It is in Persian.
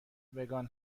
وگان